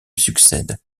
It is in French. succède